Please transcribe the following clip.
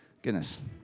Goodness